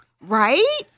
Right